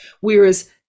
Whereas